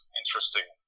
interesting